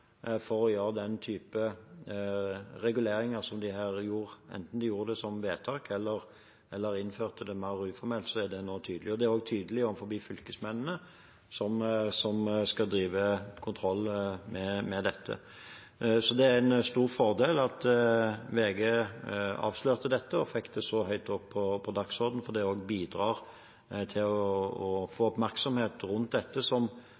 for å gjøre den typen reguleringer som de her gjorde. Enten de gjorde det som vedtak eller innførte det mer uformelt, er det nå tydelig. Det er også tydelig overfor fylkesmennene, som skal drive kontroll med dette. Det er en stor fordel at VG avslørte det og fikk det så høyt opp på dagsordenen, for det bidrar til å få oppmerksomhet rundt